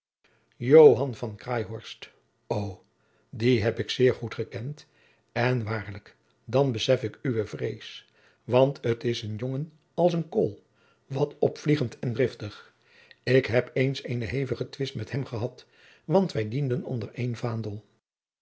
o dien heb ik zeer goed gekend en waarlijk dan besef ik uwe vrees want het is een jongen als een kool wat opvliegend en driftig ik heb eens eenen hevigen twist met hem gehad want wij dienden onder een vaandel